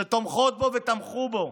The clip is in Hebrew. שתומכות בו ותמכו בו,